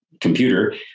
Computer